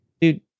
dude